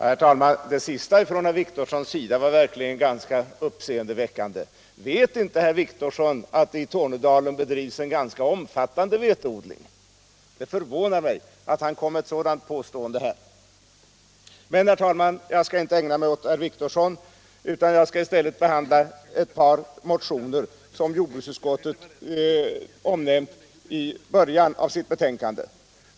Herr talman! Det senaste ifrån herr Wictorssons sida är verkligen ganska uppseendeväckande. Vet inte herr Wictorsson att det i Tornedalen bedrivs en ganska omfattande veteodling? Det förvånar mig att han kommer med ett sådant påstående här. Men, herr talman, jag skall inte ägna mig åt herr Wictorsson, utan i stället behandla ett par motioner som jordbruksutskottet omnämnt i början av sitt betänkande.